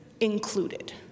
included